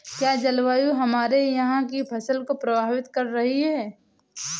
क्या जलवायु हमारे यहाँ की फसल को प्रभावित कर रही है?